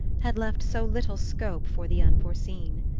had left so little scope for the unforeseen.